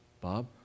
bob